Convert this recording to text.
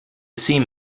seam